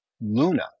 Luna